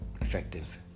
effective